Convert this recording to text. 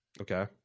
okay